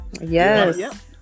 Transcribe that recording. Yes